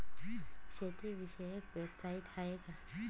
शेतीविषयक वेबसाइट आहे का?